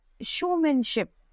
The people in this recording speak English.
showmanship